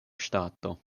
ŝtato